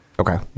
Okay